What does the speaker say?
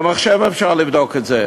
במחשב אפשר לבדוק את זה.